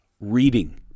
reading